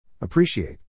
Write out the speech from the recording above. Appreciate